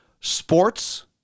sports